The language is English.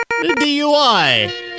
DUI